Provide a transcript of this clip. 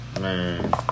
man